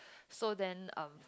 so then um